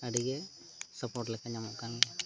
ᱟᱹᱰᱤᱜᱮ ᱥᱟᱯᱳᱨᱴ ᱞᱮᱠᱟ ᱧᱟᱢᱚᱜᱠᱟᱱ ᱜᱮᱭᱟ